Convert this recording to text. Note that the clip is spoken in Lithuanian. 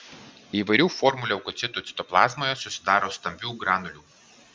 įvairių formų leukocitų citoplazmoje susidaro stambių granulių